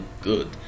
good